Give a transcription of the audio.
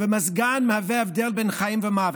ומזגן מהווה את ההבדל בין חיים למוות.